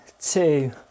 two